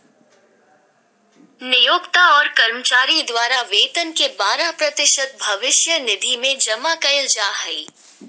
नियोक्त और कर्मचारी द्वारा वेतन के बारह प्रतिशत भविष्य निधि में जमा कइल जा हइ